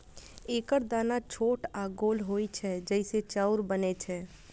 एकर दाना छोट आ गोल होइ छै, जइसे चाउर बनै छै